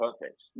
perfect